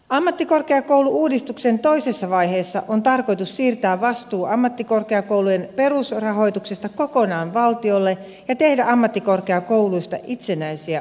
ammattikorkeakoulu uudistuksen toisessa vaiheessa on tarkoitus siirtää vastuu ammattikorkeakoulujen perusrahoituksesta kokonaan valtiolle ja tehdä ammattikorkeakouluista itsenäisiä oikeushenkilöitä